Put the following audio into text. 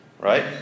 right